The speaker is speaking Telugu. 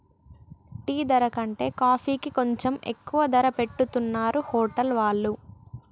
టీ ధర కంటే కాఫీకి కొంచెం ఎక్కువ ధర పెట్టుతున్నరు హోటల్ వాళ్ళు